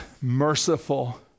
merciful